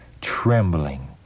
trembling